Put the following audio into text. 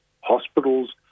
hospitals